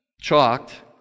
chalked